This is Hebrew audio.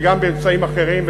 וגם באמצעים אחרים,